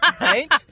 right